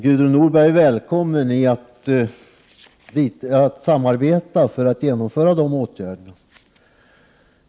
Gudrun Norberg är välkommen att samarbeta för att genomföra de åtgärderna.